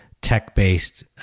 tech-based